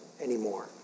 anymore